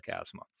asthma